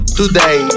today